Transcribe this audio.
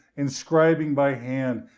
inscribing by hand,